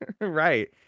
Right